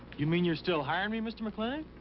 you mean you're still hiring me, mr. mclintock?